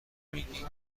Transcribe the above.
میگی